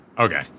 Okay